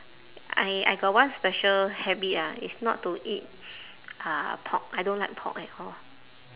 I I got one special habit ah it's not to eat uh pork I don't like pork at all